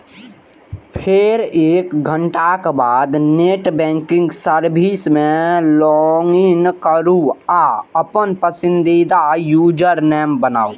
फेर एक घंटाक बाद नेट बैंकिंग सर्विस मे लॉगइन करू आ अपन पसंदीदा यूजरनेम बनाउ